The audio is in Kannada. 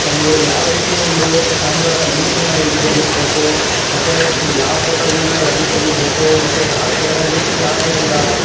ಒಂದು ಯಾವ ರೀತಿ ಒಂದು ಕ್ಯಾಮ್ರಾದ ಲೆನ್ಸ್ಗಳ್ನ ಉಪಯೋಗಿಸಬೇಕು ಮತ್ತು ಯಾವ ಫೋಟೋಗಳನ್ನ ಹೆಂಗೆ ತೆಗಿಬೇಕು ಮತ್ತೆ ಯವ ಶೇಡಲ್ಲಿ ಯಾವ ಒಂದು